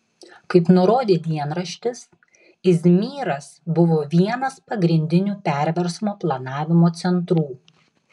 kaip nurodė dienraštis izmyras buvo vienas pagrindinių perversmo planavimo centrų